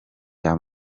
rya